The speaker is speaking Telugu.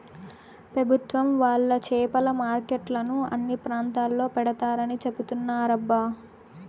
పెభుత్వం వాళ్ళు చేపల మార్కెట్లను అన్ని ప్రాంతాల్లో పెడతారని చెబుతున్నారబ్బా